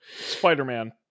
Spider-Man